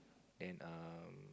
and um